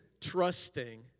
trusting